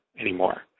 anymore